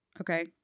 okay